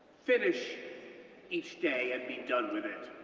finish each day and be done with it,